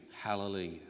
Hallelujah